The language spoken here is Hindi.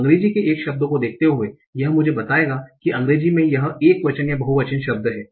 अंग्रेजी के एक शब्द को देखते हुए यह मुझे बताएगा कि अंग्रेजी में यह एकवचन या बहुवचन शब्द है